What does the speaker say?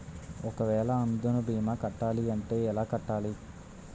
ఒక వేల అందునా భీమా కట్టాలి అంటే ఎలా కట్టాలి?